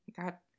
got